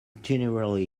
generally